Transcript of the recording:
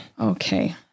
Okay